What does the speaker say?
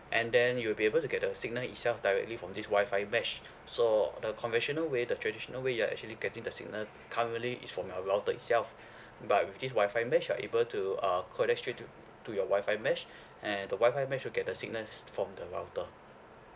and then you'll be able to get the signal itself directly from this Wi-Fi mesh so the conventional way the traditional way you're actually getting the signal currently is from your router itself but with this Wi-Fi mesh you're able to uh connect straight to to your Wi-Fi mesh and the Wi-Fi mesh will get the signals from the router